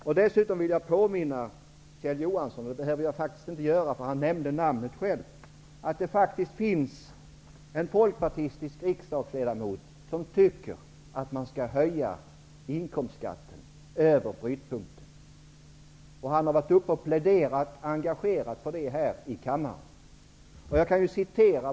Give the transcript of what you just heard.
Jag behöver inte påminna Kjell Johansson om att det finns en folkpartistisk riksdagsledamot -- Kjell Johansson nämnde själv hans namn -- som tycker att man skall höja inkomstskatten över brytpunkten. Denne riksdagsman har engagerat här i kammaren pläderat för det förslaget.